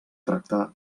tractar